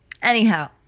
Anyhow